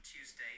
Tuesday